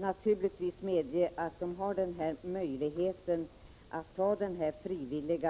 1985/86:131 medge att de har möjligheten att teckna en frivillig